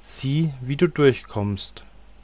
sieh wie du durchkommst